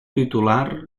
titular